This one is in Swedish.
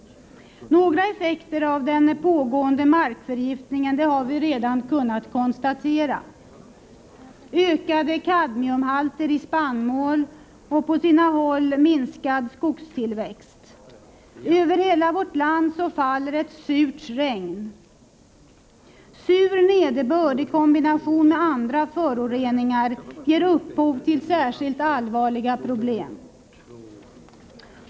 Några effekter av den pågående markförgiftningen har redan konstaterats: ökade kadmiumhalter i spannmål och på sina håll minskad skogstillväxt. Över hela landet faller ett surt regn. Sur nederbörd i kombination med andra föroreningar ger upphov till särskilt allvarliga problem.